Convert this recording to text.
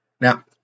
Now